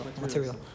material